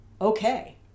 okay